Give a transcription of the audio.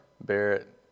Barrett